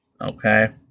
Okay